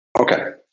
Okay